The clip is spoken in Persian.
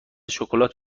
شکلات